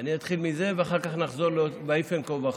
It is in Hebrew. אני אתחיל מזה, ואחר כך נחזור ל"ויפן כה וכה".